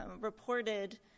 reported